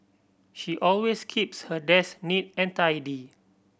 she always keeps her desk neat and tidy